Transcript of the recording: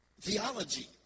theology